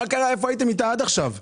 איפה הייתם איתה עד עכשיו?